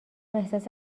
احساس